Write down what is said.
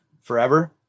forever